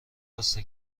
راسته